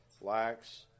lacks